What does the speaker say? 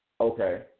Okay